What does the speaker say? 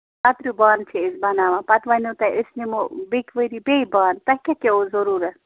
کَترِو بانہٕ چھِ أسۍ بَناوان پَتہٕ وَنٮ۪و تۄہہِ أسۍ نِمو بیٚیہِ کہِ ؤرۍیہِ بیٚیہِ بانہٕ تۄہہِ کیٛاہ کیٛاہ اوس ضروٗرتھ